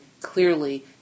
clearly